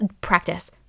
practice